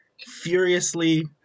furiously